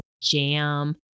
jam